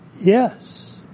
yes